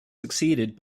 succeeded